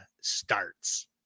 starts